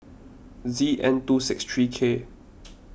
Z N two six three K